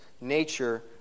nature